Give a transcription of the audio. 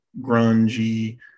grungy